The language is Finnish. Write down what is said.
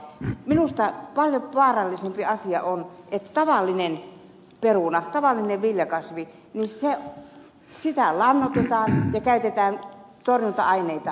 minusta paljon vaarallisempi asia on että tavallisen perunan ja tavallisten viljakasvien viljelyssä keinolannoitetaan ja käytetään torjunta aineita